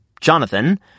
Jonathan